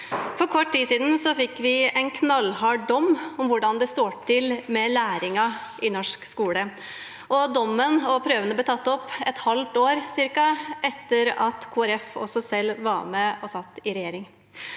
For kort tid siden fikk vi en knallhard dom over hvordan det står til med læringen i norsk skole. Dommen og prøvene ble tatt opp ca. et halvt år etter at Kristelig Folkeparti selv satt i regjering.